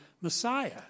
Messiah